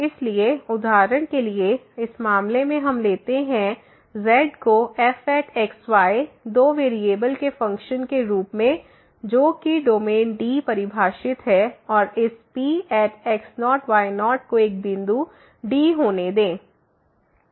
इसलिए उदाहरण के लिए इस मामले में हम लेते हैं z को fx y दो वेरिएबल के फ़ंक्शन के रूप में जो कि डोमेन D परिभाषित है और इस P x0 y0 को एक बिंदु D होने दें